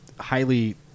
highly